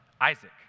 Isaac